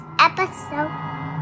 episode